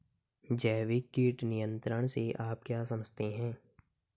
जैविक कीट नियंत्रण से आप क्या समझते हैं?